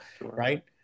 right